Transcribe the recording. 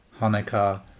hanukkah